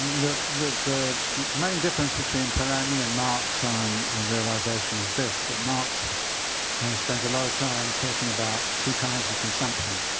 the the main difference between polanyi and marx on realization is this, that marx spends a lot of time talking about two kinds of consumption.